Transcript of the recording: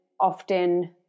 often